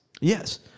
yes